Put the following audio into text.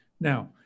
Now